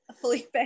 Felipe